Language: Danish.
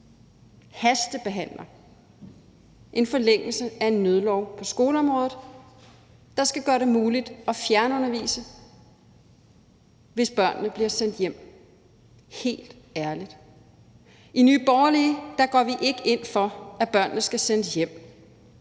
hastebehandler en forlængelse af en nødlov på skoleområdet, der skal gøre det muligt at fjernundervise, hvis børnene bliver sendt hjem. Helt ærligt! I Nye Borgerlige går vi ikke ind for, at børnene skal sendes hjem.